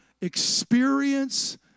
experience